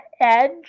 edge